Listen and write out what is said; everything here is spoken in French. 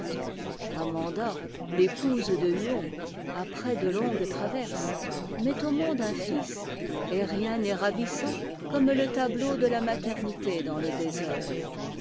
amanda t'épouse de huon après de longues traverses met au monde un fils et rien n'est ravissant comme le tableau de la maternité dans le désert